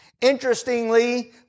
Interestingly